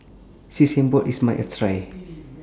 Sesame Balls IS A must Try